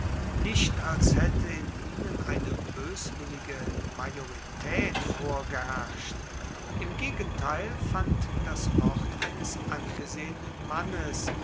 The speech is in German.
nicht als haette in ihnen eine boeswillige majoritaet vorgeherrscht im gegenteil fand das wort eines angesehenen mannes